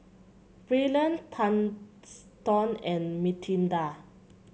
Braylen Thurston and Mathilda